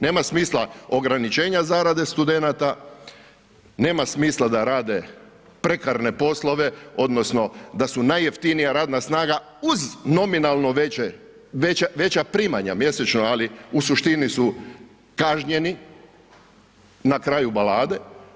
Nema smisla ograničenja zarade studenata, nema smisla da rade prekarne poslove odnosno da su najjeftinija radna snaga uz nominalno veća primanja mjesečno ali u suštini su kažnjeni na kraju balade.